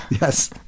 Yes